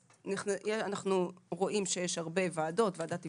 אנו רואים שיש הרבה ועדות ועדת אבחון,